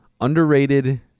underrated